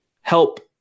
help